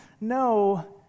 no